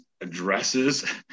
addresses